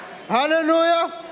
hallelujah